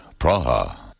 Praha